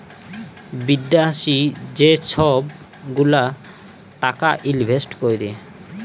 বিদ্যাশি যে ছব গুলা টাকা ইলভেস্ট ক্যরে